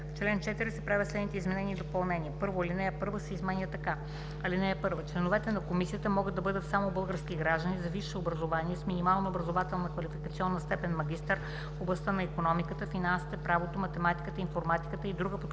чл. 4 се правят следните изменения и допълнения: 1. Алинея 1 се изменя така: „(1) Членовете на комисията могат да бъдат само български граждани с висше образование с минимално образователно-квалификационна степен „магистър“ в областта на икономиката, финансите, правото, математиката, информатиката и друга